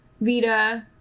Vita